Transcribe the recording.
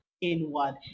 inward